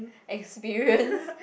experience